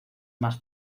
más